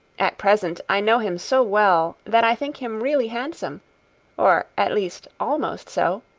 at present, i know him so well, that i think him really handsome or at least, almost so.